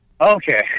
Okay